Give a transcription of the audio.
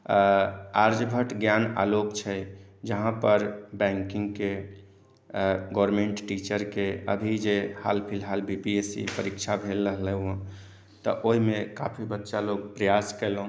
आर्यभट ज्ञान आलोक छै जहाँ पर बैंकिंगके गवर्न्मेंट टीचरके अभी जे हाल फिलहाल बी पी एस सी परीक्षा भेल रहए तऽ ओहिमे काफी बच्चा लोग प्रयास केलहुॅं